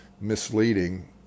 misleading